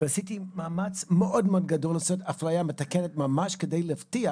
ועשיתי מאמץ מאוד מאוד גדול לעשות אפליה מתקנת ממש כדי להבטיח